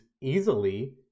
easily